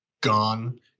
gone